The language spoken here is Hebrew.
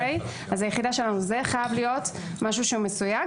זו יחידה שלנו וזה חייב להיות משהו שמסויג,